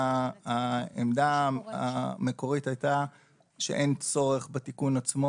העמדה המקורית הייתה שאין צורך בתיקון עצמו